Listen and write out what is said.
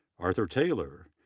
arthur taylor,